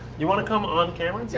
you want to come on camera